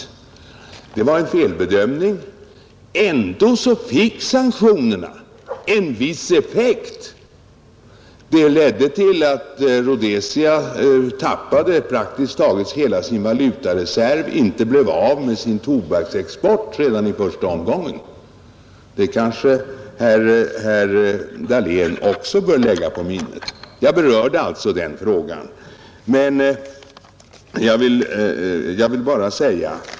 Det var en felbedömning. Ändå fick sanktionerna en viss effekt. De ledde till att Rhodesia tappade praktiskt taget hela sin valutareserv och inte blev av med sin tobaksexport redan i första omgången. Det kanske herr Dahlén också bör lägga på minnet. Jag berörde alltså den frågan.